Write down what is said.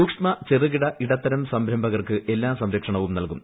സൂക്ഷ്മ ചെറുകിട ഇടത്തരം സംരംഭകർക്ക് എല്ലാ സംരക്ഷണവും നൽകും